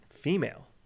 female